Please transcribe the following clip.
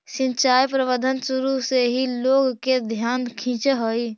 सिंचाई प्रबंधन शुरू से ही लोग के ध्यान खींचऽ हइ